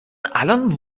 الان